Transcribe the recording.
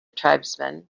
tribesman